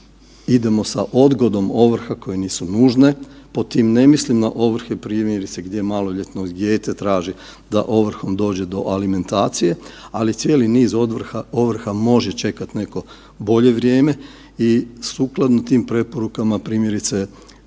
idemo sa odgodom ovrha koje nisu nužne. Pri tom, ne mislim na ovrhe primjerice, gdje maloljetno dijete traži da ovrhom dođe do alimentacije, ali cijeli niz ovrha može čekati neko bolje vrijeme i sukladno tim preporukama, primjerice,